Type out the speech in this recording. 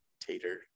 tater